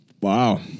Wow